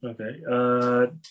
Okay